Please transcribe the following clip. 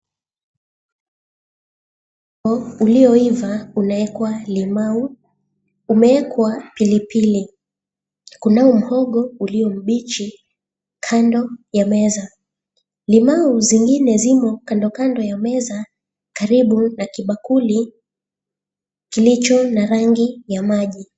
Ulioiva unawekwa limau, umewekwa pilipili. Kunao mhogo ulio mbichi kando ya meza. Limau zingine zimo kando kando ya meza karibu na kibakuli kilicho na rangi ya maji.